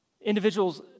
individuals